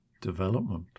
development